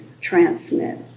transmit